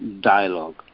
dialogue